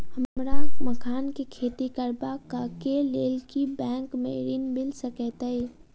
हमरा मखान केँ खेती करबाक केँ लेल की बैंक मै ऋण मिल सकैत अई?